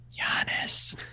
Giannis